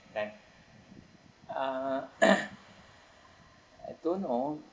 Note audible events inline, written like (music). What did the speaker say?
then uh (noise) I don't know